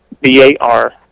B-A-R